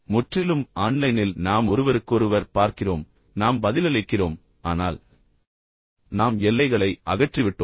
எனவே முற்றிலும் ஆன்லைனில் நாம் ஒருவருக்கொருவர் பார்க்கிறோம் நாம் பதிலளிக்கிறோம் ஆனால் பின்னர் நாம் எல்லைகளை அகற்றிவிட்டோம்